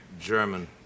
German